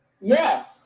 Yes